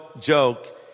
joke